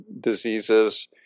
diseases